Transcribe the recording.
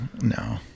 no